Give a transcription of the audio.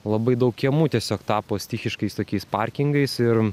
labai daug kiemų tiesiog tapo stichiškais tokiais parkingais ir